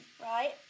right